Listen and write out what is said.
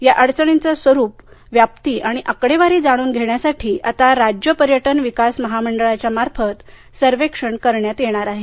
या अडचणींचं स्वरूप व्याप्ती आणि आकडेवारी जाणून घेण्यासाठी आता राज्य पर्यटन विकास महामंडळाच्या मार्फत सर्वेक्षण करण्यात येणार आहे